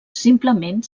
simplement